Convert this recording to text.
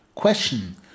Question